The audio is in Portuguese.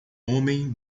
homem